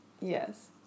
yes